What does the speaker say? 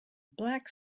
black